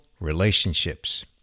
relationships